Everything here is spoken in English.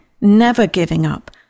never-giving-up